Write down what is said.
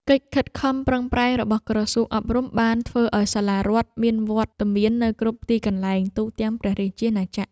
កិច្ចខិតខំប្រឹងប្រែងរបស់ក្រសួងអប់រំបានធ្វើឱ្យសាលារដ្ឋមានវត្តមាននៅគ្រប់ទីកន្លែងទូទាំងព្រះរាជាណាចក្រ។